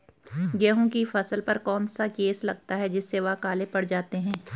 गेहूँ की फसल पर कौन सा केस लगता है जिससे वह काले पड़ जाते हैं?